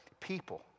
people